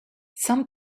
some